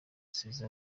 asize